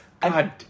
God